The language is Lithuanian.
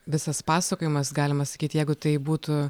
visas pasakojimas galima sakyt jeigu tai būtų